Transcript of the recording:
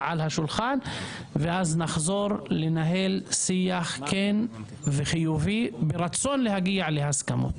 על השולחן ואז נחזור לנהל שיח כן וחיובי ברצון להגיע להסכמות.